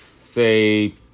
say